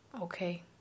okay